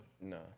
No